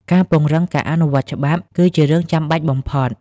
ការពង្រឹងការអនុវត្តច្បាប់ គឺជារឿងចាំបាច់បំផុត។